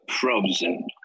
frozen